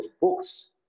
books